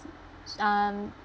uh